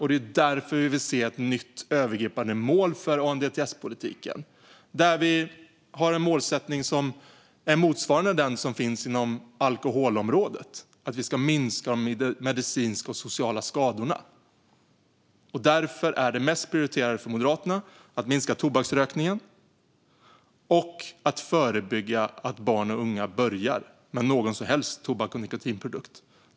Det är därför vi vill se ett nytt övergripande mål för ANDTS-politiken där målsättningen motsvarar den som finns på alkoholområdet, som handlar om att minska de medicinska och sociala skadorna. Därför är det mest prioriterade för Moderaterna att minska tobaksrökningen och att förebygga att barn och unga börjar med någon som helst tobaks eller nikotinprodukt.